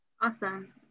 awesome